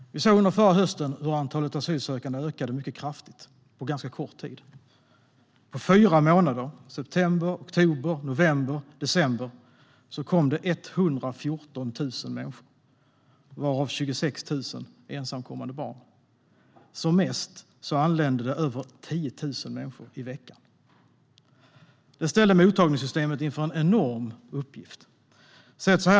Vi såg under förra hösten hur antalet asylsökande ökade mycket kraftigt på ganska kort tid. På fyra månader - september, oktober, november och december - kom det 114 000 människor, varav 26 000 var ensamkommande barn. Som mest anlände över 10 000 människor i veckan. Det ställde mottagningssystemet inför en enorm uppgift.